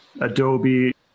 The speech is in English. adobe